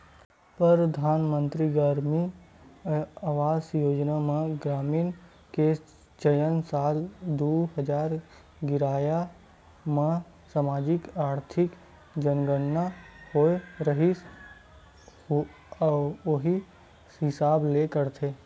परधानमंतरी गरामीन आवास योजना म ग्रामीन के चयन साल दू हजार गियारा म समाजिक, आरथिक जनगनना होए रिहिस उही हिसाब ले करथे